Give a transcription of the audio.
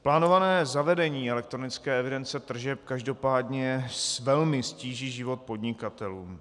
Plánované zavedení elektronické evidence tržeb každopádně velmi ztíží život podnikatelům.